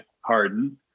Harden